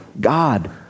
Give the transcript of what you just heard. God